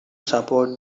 support